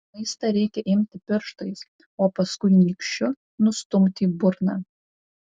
maistą reikia imti pirštais o paskui nykščiu nustumti į burną